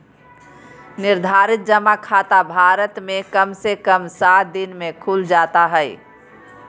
निर्धारित जमा खाता भारत मे कम से कम सात दिन मे खुल जाता हय